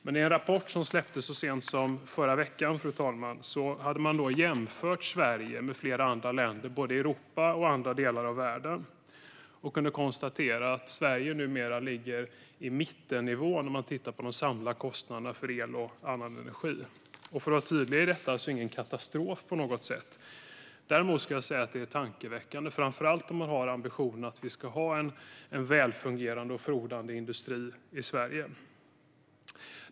Men i en rapport som släpptes så sent som i förra veckan, fru talman, har man jämfört Sverige med flera andra länder i Europa och andra delar av världen och kan konstatera att Sverige numera ligger på mittennivån sett till de samlade kostnaderna för el och annan energi. För att vara tydlig ska jag säga att detta inte på något sätt är en katastrof. Däremot är det tankeväckande, framför allt om man har ambitionen att vi ska ha en välfungerande och blomstrande industri i Sverige.